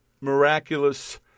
miraculous